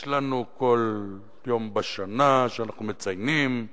יש לנו כל יום בשנה שאנחנו מציינים,